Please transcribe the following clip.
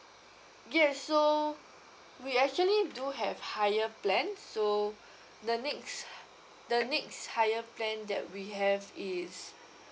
yes so we actually do have higher plans so the next the next higher plan that we have is